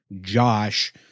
Josh